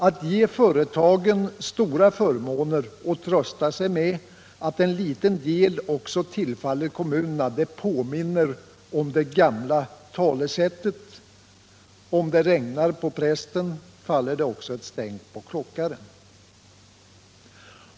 Att ge företagen stora förmåner och trösta sig med att en liten del också tillfaller kommunerna påminner om det gamla talesättet: om det regnar på prästen faller det också ett stänk på klockaren!